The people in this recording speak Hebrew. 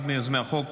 אחד מיוזמי החוק,